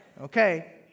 Okay